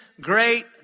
great